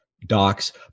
docs